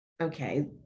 Okay